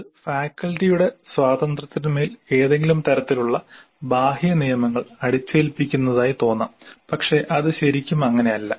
ഇത് ഫാക്കൽറ്റിയുടെ സ്വാതന്ത്ര്യത്തിന്മേൽ ഏതെങ്കിലും തരത്തിലുള്ള ബാഹ്യ നിയമങ്ങൾ അടിച്ചേൽപ്പിക്കുന്നതായി തോന്നാം പക്ഷേ അത് ശരിക്കും അങ്ങനെയല്ല